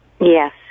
Yes